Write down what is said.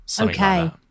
Okay